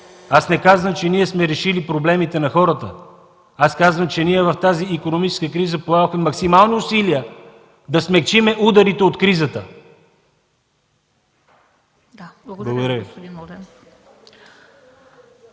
Не казвам, че ние сме решили проблемите на хората, казвам, че в тази икономическа криза положихме максимални усилия, за да смекчим ударите от кризата. Благодаря Ви.